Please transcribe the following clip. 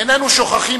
איננו שוכחים,